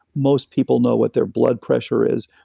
most people know what their blood pressure is.